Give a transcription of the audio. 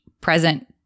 present